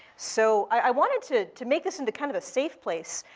so i wanted to to make this into kind of a safe place.